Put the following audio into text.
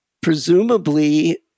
Presumably